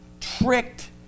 tricked